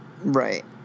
Right